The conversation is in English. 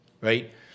right